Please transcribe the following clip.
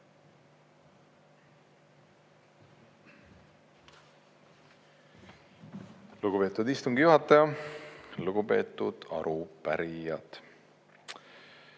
Lugupeetud istungi juhataja! Lugupeetud arupärijad!